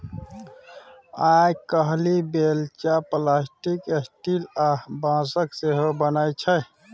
आइ काल्हि बेलचा plastic, steel आ बाँसक सेहो बनै छै